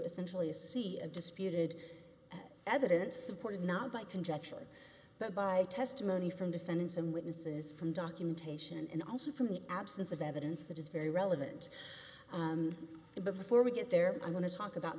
essentially a sea of disputed evidence supported not by conjecture but by testimony from defendants and witnesses from documentation and also from the absence of evidence that is very relevant but before we get there i'm going to talk about